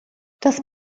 das